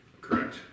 Correct